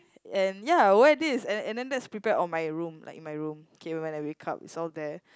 and ya wear this and and then let's prepare on my room like in my room okay when I wake up it's all there